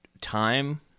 time